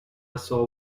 saw